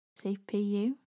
CPU